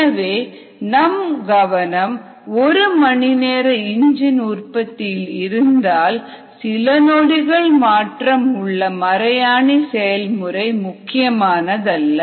எனவே நம் கவனம் ஒரு மணி நேர இஞ்சின் உற்பத்தியில் இருந்தால் சில நொடிகள் மாற்றம் உள்ள மறையாணி செயல்முறை முக்கியமானதல்ல